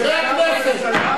וגמגמו שם.